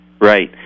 Right